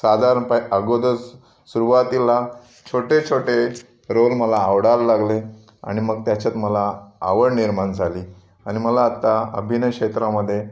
साधारण पहा अगोदर सु सुरुवातीला छोटे छोटेच रोल मला आवडायला लागले आणि मग त्याच्यात मला आवड निर्माण झाली आणि मला आता अभिनय क्षेत्रामध्ये